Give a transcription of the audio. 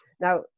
Now